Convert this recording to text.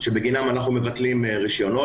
שבגינם אנחנו מבטלים רישיונות.